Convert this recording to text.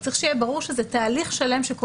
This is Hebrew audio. סליחה, אני לא פותח פה את הדיון הזה.